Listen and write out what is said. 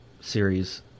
series